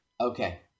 Okay